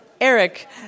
Eric